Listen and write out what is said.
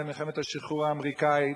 מלחמת השחרור האמריקנית,